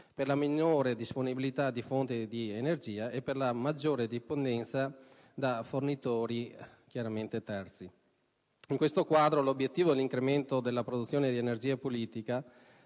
per la minore disponibilità di fonti di energia e per la maggiore dipendenza da fornitori terzi. In questo quadro, l'obiettivo dell'incremento della produzione di energia pulita